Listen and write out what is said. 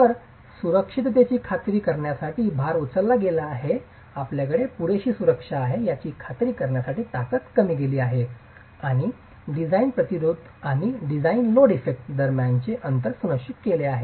तर सुरक्षिततेची खात्री करण्यासाठी भार उचलला गेला आहे आपल्याकडे पुरेशी सुरक्षा आहे याची खात्री करण्यासाठी ताकद कमी केली आहेत आणि डिझाइन प्रतिरोध आणि डिझाइन लोड इफेक्ट दरम्यानचे अंतर सुनिश्चित केले आहे